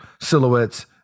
silhouettes